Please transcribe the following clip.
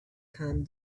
come